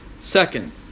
Second